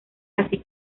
así